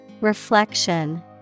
Reflection